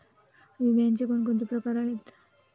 विम्याचे कोणकोणते प्रकार आहेत?